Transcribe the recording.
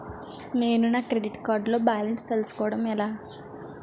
నేను నా credit card లో బాలన్స్ తెలుసుకోవడం ఎలా?